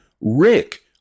Rick